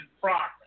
progress